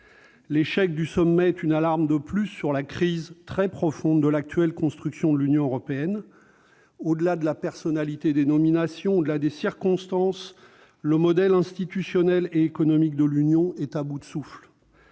L'échec du sommet est une alarme de plus sur la crise très profonde de l'actuelle construction de l'Union européenne. Au-delà de la personnalité des candidats aux nominations, au-delà des circonstances, le modèle institutionnel et économique de l'Union européenne est à bout de souffle.